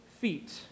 feet